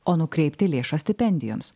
o nukreipti lėšas stipendijoms